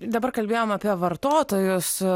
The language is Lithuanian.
dabar kalbėjom apie vartotojus